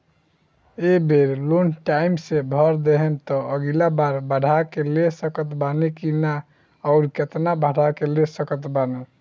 ए बेर loan time से भर देहम त अगिला बार बढ़ा के ले सकत बानी की न आउर केतना बढ़ा के ले सकत बानी?